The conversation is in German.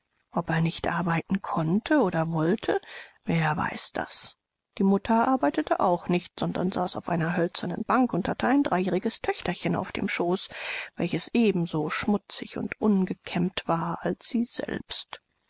ob er nicht arbeiten konnte oder wollte wer weiß das die mutter arbeitete auch nicht sondern saß auf einer hölzernen bank und hatte ein dreijähriges töchterchen auf dem schooß welches eben so schmutzig und ungekämmt war als sie selbst